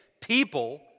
People